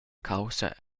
caussa